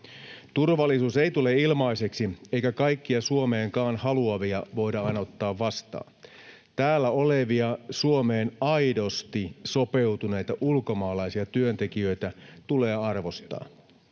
Turvallisuus ei tule ilmaiseksi, eikä kaikkia Suomeenkaan haluavia voida aina ottaa vastaan. Täällä olevia Suomeen aidosti sopeutuneita ulkomaalaisia työntekijöitä tulee arvostaa,